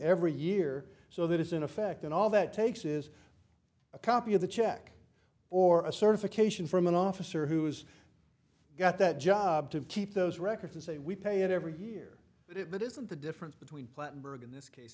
every year so that is in effect and all that takes is a copy of the check or a certification from an officer who's got that job to keep those records and say we pay it every year but it isn't the difference between platt berg in this case